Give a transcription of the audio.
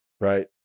right